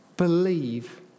Believe